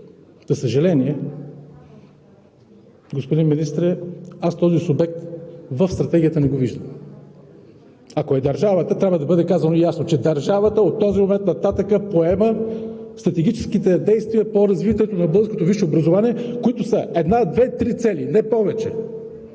За съжаление, господин Министре, аз този субект в Стратегията не го виждам. Ако е държавата, трябва да бъде казано ясно, че държавата от този момент нататък поема стратегическите действия по развитието на българското висше образование, които са една, две, три цели – не повече,